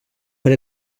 per